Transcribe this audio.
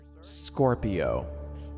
Scorpio